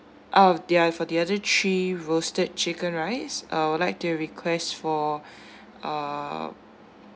out of the for the other three roasted chicken rice I would like to request for uh